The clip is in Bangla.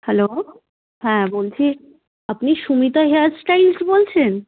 হ্যালো হ্যাঁ বলছি আপনি সুমিতা হেয়ার স্টাইলস বলছেন